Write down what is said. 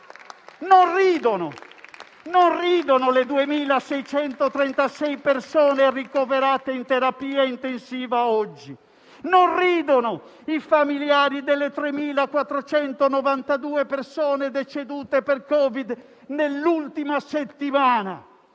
Non ridono le 2.636 persone ricoverate oggi in terapia intensiva, non ridono i familiari delle 3.492 persone decedute per Covid nell'ultima settimana;